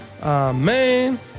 Amen